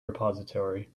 repository